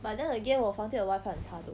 but then again 我房间 wifi 很差 though